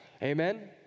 Amen